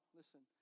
listen